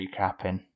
recapping